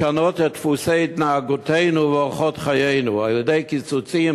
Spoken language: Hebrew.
לשנות את דפוסי התנהגותנו ואורחות חיינו על-ידי קיצוצים